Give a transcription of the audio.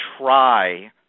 try